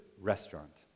restaurant